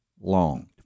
long